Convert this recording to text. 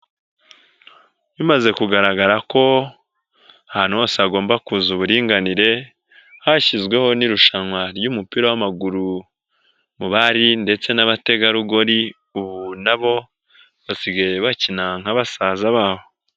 Bimaze kugaragara ko ahantu hose hagomba kuza uburinganire hashyizweho n'irushanwa ry'umupira w'amaguru mu bari ndetse n'abategarugori ubu na bo basigaye bakina nka basaza babo.